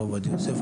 הרב עובדיה יוסף.